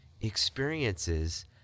Experiences